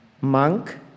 monk